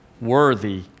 worthy